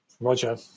roger